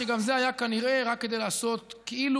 שגם זה היה כנראה רק כדי לעשות "כאילו",